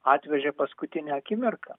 atvežė paskutinę akimirką